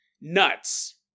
nuts